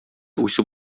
үсеп